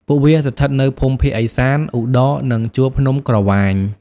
ពួកវាស្ថិតនៅភូមិភាគឦសាន ឧត្តរ និងជួរភ្នំក្រវាញ។